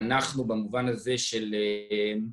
אנחנו במובן הזה של...